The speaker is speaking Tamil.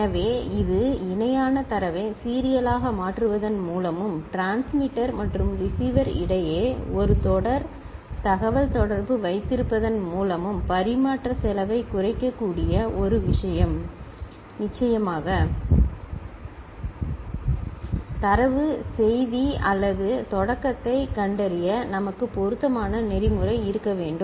எனவே இது இணையான தரவை சீரியலாக மாற்றுவதன் மூலமும் டிரான்ஸ்மிட்டர் மற்றும் ரிசீவர் இடையே ஒரு தொடர் தகவல்தொடர்பு வைத்திருப்பதன் மூலமும் பரிமாற்ற செலவைக் குறைக்கக் கூடிய ஒரு விஷயம் நிச்சயமாக தரவு செய்தி அல்லது தொடக்கத்தைக் கண்டறிய நமக்கு பொருத்தமான நெறிமுறை இருக்க வேண்டும்